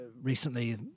recently